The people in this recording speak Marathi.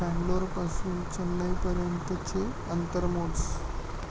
बँगलोरपासून चेन्नईपर्यंतचे अंतर मोज